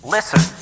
Listen